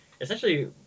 essentially